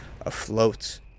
afloat